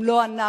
אם לא אנחנו?